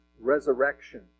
resurrection